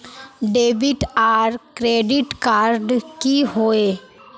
Debit or credit card की होय?